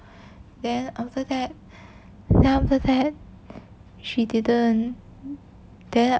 then after that then after that she didn't then